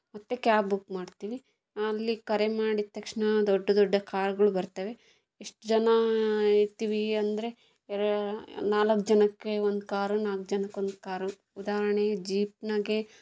ಮತ್ತೆ cab book ಮಾಡ್ತೀವಿ ಅಲ್ಲಿ ಕರೆ ಮಾಡಿದ ತಕ್ಷಣ ದೊಡ್ಡ ದೊಡ್ಡ ಕಾರ್ಗಳು ಬರ್ತವೆ ಎಷ್ಟು ಜನ ಇರ್ತೀವಿ ಅಂದರೆ ಎರ ನಾಲ್ಕು ಜನಕ್ಕೆ ಒಂದು ಕಾರು ನಾಲ್ಕು ಜನಕ್ಕೆ ಒಂದು ಕಾರು ಉದಾಹರಣೆಗೆ ಜೀಪ್ನಾಗೆ